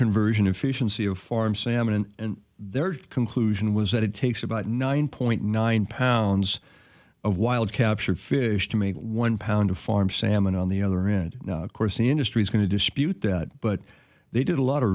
conversion efficiency of farm salmon and their conclusion was that it takes about nine point nine pounds of wild captured fish to make one pound of farmed salmon on the other end of course the industry's going to dispute that but they did a lot of